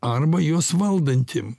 arba juos valdantiem